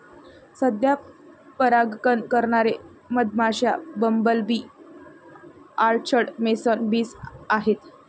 सध्या परागकण करणारे मधमाश्या, bumble bee, orchard mason bees आहेत